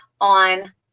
on